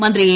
മന്ത്രി എ